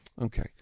Okay